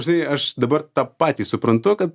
žinai aš dabar tą patį suprantu kad